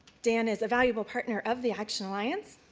dan is a valuable partner of the action alliance.